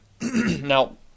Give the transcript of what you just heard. Now